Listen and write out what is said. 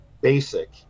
basic